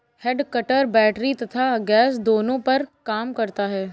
head cutter battery तथा gas दोनों पर काम करता है